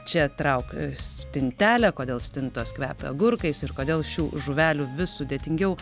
čia trauk stintelę kodėl stintos kvepia agurkais ir kodėl šių žuvelių vis sudėtingiau